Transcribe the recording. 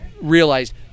realized